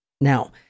Now